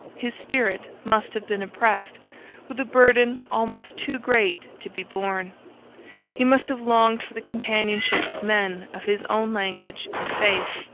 his spirit must have been oppressed with a burden almost too great to be borne he must have longed for the companionship of men of his own language and faith.